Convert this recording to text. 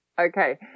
Okay